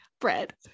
bread